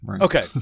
Okay